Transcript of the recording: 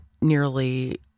nearly